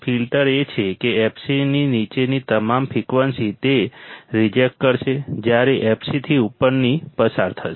filter એ છે કે fc ની નીચેની તમામ ફ્રિકવન્સી તે રિજેક્ટ કરશે જ્યારે fc થી ઉપરની પસાર થશે